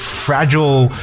fragile